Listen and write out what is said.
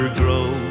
grow